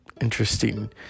interesting